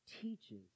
teaches